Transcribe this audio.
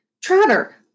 Trotter